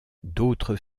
d’autres